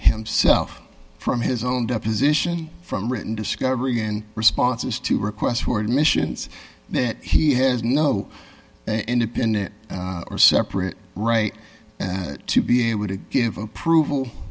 himself from his own deposition from written discovery and responses to requests for admissions that he has no independent or separate right and to be able to give approval